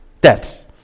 deaths